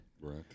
Right